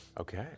Okay